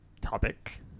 topic